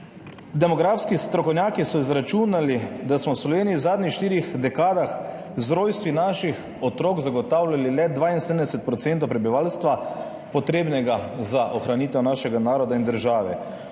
Demografski strokovnjaki so izračunali, da smo v Sloveniji v zadnjih štirih dekadah z rojstvi naših otrok zagotavljali le 72 % prebivalstva, potrebnega za ohranitev našega naroda in države.